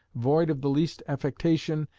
void of the least affectation,